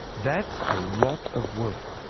that's a lot of work.